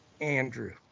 Andrew